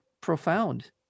profound